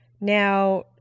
Now